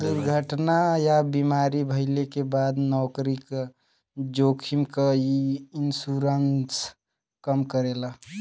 दुर्घटना या बीमारी भइले क बाद नौकरी क जोखिम क इ इन्शुरन्स कम करेला